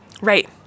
Right